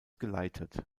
geleitet